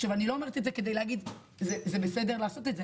אני לא אומרת את זה כדי להגיד שזה בסדר לעשות את זה,